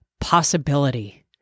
possibility